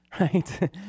right